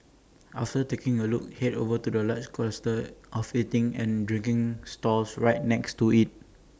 after taking A look Head over to the large cluster of eating and drinking stalls right next to IT